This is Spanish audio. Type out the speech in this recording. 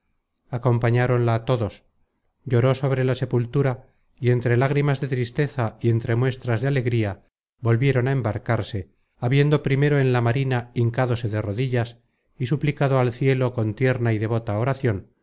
cloelia acompañáronla todos lloró sobre la sepultura y entre lágrimas de tristeza y entre muestras de alegría volvieron á embarcarse habiendo primero en la marina hincádose de rodillas y suplicado al cielo con tierna y devota oracion